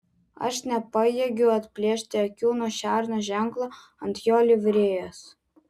aš nepajėgiu atplėšti akių nuo šerno ženklo ant jo livrėjos